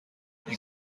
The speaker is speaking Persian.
این